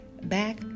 back